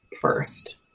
first